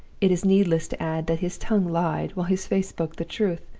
it is needless to add that his tongue lied, while his face spoke the truth,